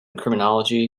criminology